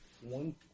one